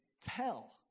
tell